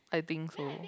I think so